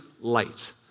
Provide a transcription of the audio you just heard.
light